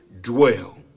dwell